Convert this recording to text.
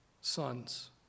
sons